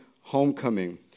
homecoming